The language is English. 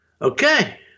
okay